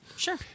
Sure